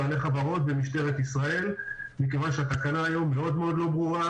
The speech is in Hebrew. בעלי חברות ומשטרת ישראל מכיוון שהתקנה היום מאוד מאוד לא ברורה.